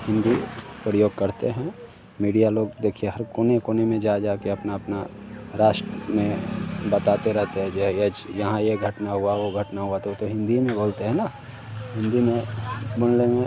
हिन्दी प्रयोग करते हैं मीडिया लोग देखिए हर कोने कोने में जा जाकर के अपना अपना राष्ट्र में बताते रहते हैं जो यह यहाँ यह घटना हुआ वो घटना हुआ तो वह तो हिन्दी में बोलते हैं ना हिन्दी में बोल लेंगे